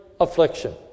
affliction